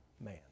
man